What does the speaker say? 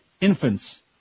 infants